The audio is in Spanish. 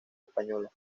española